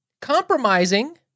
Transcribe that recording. compromising